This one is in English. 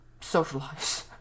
socialize